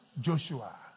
Joshua